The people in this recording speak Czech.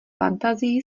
fantazii